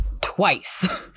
twice